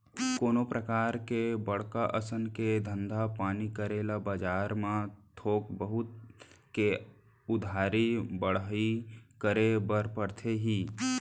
कोनो परकार के बड़का असन के धंधा पानी करे ले बजार म थोक बहुत के उधारी बाड़ही करे बर परथे ही